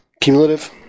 cumulative